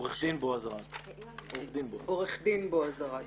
עורך דין בעז ארד.